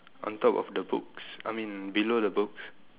on top of the books I mean below the books